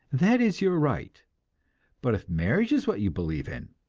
that is your right but if marriage is what you believe in,